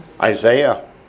Isaiah